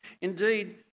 Indeed